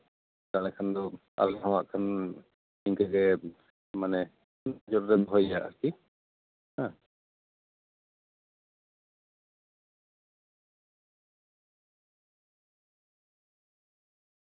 ᱛᱟᱞᱦᱮ ᱠᱷᱟᱱ ᱫᱚ ᱟᱞᱮᱦᱚᱸ ᱦᱟᱸᱜ ᱠᱷᱟᱱ ᱤᱱᱠᱟᱹᱜᱮ ᱢᱟᱱᱮ ᱱᱚᱡᱚᱨ ᱨᱮ ᱫᱚᱦᱚᱭᱮᱭᱟ ᱟᱨᱠᱤ ᱦᱮᱸ